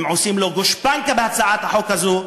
הם נותנים לו גושפנקה בהצעת החוק הזו,